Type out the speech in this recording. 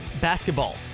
basketball